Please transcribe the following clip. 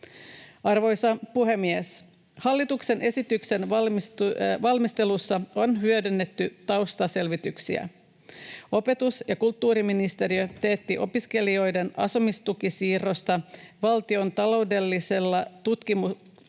Arvoisa puhemies! Hallituksen esityksen valmistelussa on hyödynnetty taustaselvityksiä. Opetus- ja kulttuuriministeriö teetti opiskelijoiden asumistukisiirrosta Valtion taloudellisella tutkimuskeskuksella